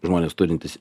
žmonės turintys